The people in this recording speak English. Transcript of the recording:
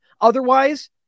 Otherwise